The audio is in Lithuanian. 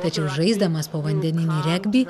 tačiau žaisdamas povandeninį regbį